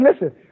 listen